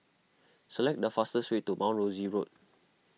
select the fastest way to Mount Rosie Road